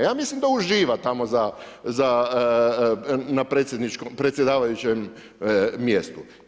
Ja mislim da uživa tamo na predsjedavajućem mjestu.